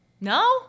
No